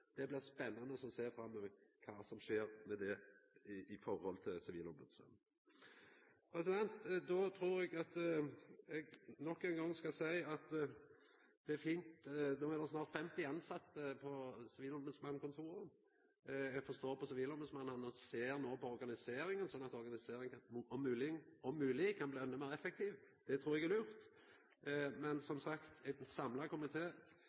Det blir spennande å sjå framover kva som skjer med det i forhold til Sivilombodsmannen. Då trur eg at eg nok ein gong skal seia at det er fint at det no er snart 50 tilsette på sivilombodsmannkontoret. Eg forstår på Sivilombodsmannen at han no ser på organiseringa, sånn at organiseringa om mogleg kan bli endå meir effektiv. Det trur eg er lurt. Men, som sagt, ein samla